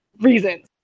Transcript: reasons